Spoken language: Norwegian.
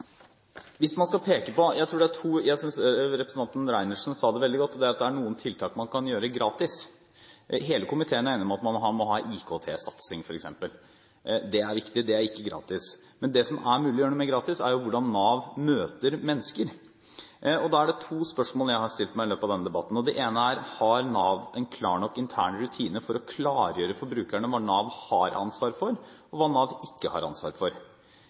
Jeg synes representanten Reiertsen sa det veldig godt, at det er noen tiltak man kan gjøre gratis. Hele komiteen er enig om at man må ha IKT-satsing, f.eks. – det er viktig. Det er ikke gratis. Men det som det er mulig å gjøre noe med, gratis, er hvordan Nav møter mennesker. Da er det to spørsmål jeg har stilt meg i løpet av denne debatten. Det ene er: Har Nav en klar nok intern rutine for å klargjøre for brukerne hva Nav har ansvar for, og hva Nav ikke har ansvar for?